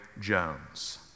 Jones